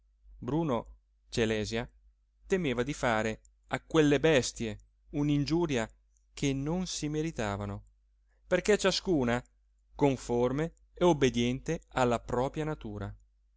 bruno celèsia temeva di fare a quelle bestie un'ingiuria che non si meritavano perché ciascuna conforme e obbediente alla propria natura